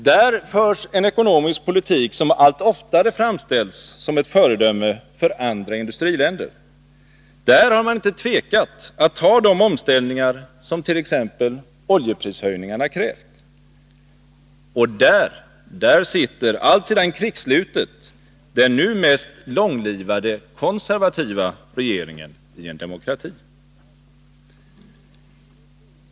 Där förs en ekonomisk politik som allt oftare framställs som ett föredöme för andra industriländer. Där har man inte tvekat att ta de omställningar som t.ex. oljeprishöjningarna krävt. Och där sitter alltsedan krigsslutet den nu mest långlivade konservativa regeringen i en demokrati.